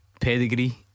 pedigree